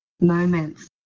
moments